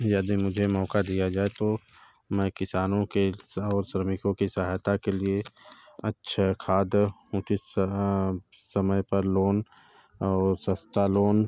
यदि मुझे मौक़ा दिया जाए तो में किसानों के और श्रमिकों के सहायता के लिए अच्छा खाद उचित सहाब समय पर लोन और सस्ता लोन